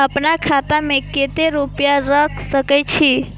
आपन खाता में केते रूपया रख सके छी?